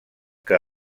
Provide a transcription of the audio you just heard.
que